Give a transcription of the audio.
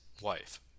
wife